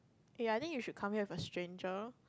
ya I think you should come here with a stranger